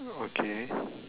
okay